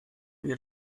wir